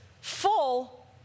full